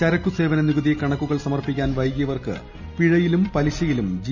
ചരക്കു സേവന നികുതി കണക്കൂക്ൾ സമർപ്പിക്കാൻ വൈകിയവർക്ക് പിഴയിലും പ്ലിശ്ചിയിലും ജി